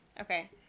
Okay